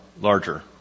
larger